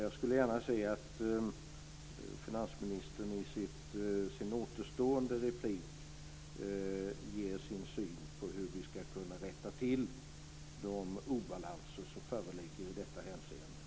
Jag skulle gärna se att finansministern i sin återstående replik ger sin syn på hur vi ska kunna rätta till de obalanser som föreligger i detta hänseende.